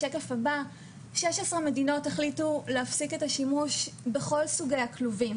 16 מדינות החליטו להפסיק את השימוש בכל סוגי הכלובים